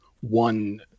one